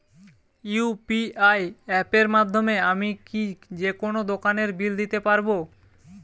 UPI অ্যাপের মাধ্যমে আমি কি যেকোনো দোকানের বিল দিতে পারবো?